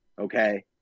okay